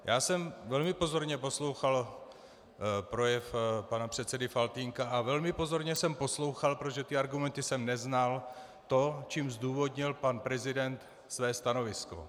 Já jsem velmi pozorně poslouchal projev pana předsedy Faltýnka a velmi pozorně jsem poslouchal, protože ty argumenty jsem neznal, to, čím zdůvodnil pan prezident své stanovisko.